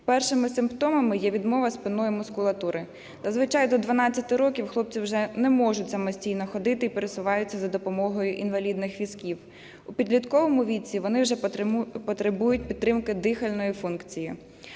Першими симптомами є відмова спинної мускулатури. Зазвичай до 12 років хлопці вже не можуть самостійно ходити і пересуваються за допомогою інвалідних візків. У підлітковому віці вони вже потребують підтримки дихальної функції.